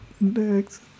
next